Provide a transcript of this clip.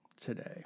today